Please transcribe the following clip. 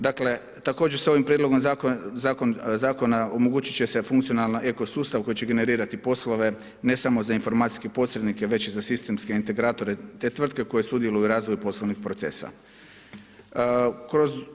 Dakle, također se ovim Prijedlogom zakona omogućit će se funkcionalna eko-sustav koji će generirati poslove ne samo za informacijske posrednike, već i za sistemske integratore te tvrtke koje sudjeluju u razvoju poslovnih procesa. procesa.